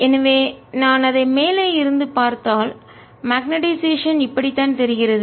எனவே நான் அதை மேலே இருந்து பார்த்தால் மக்னெட்டைசேஷன் காந்தமாக்கல் இப்படித்தான் தெரிகிறது